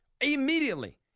Immediately